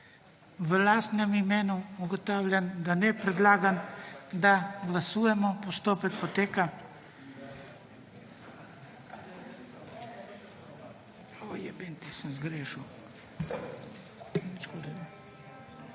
V lastnem imenu? Ugotavljam, da ne. Predlagam, da glasujemo. Postopek poteka.